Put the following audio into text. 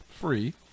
free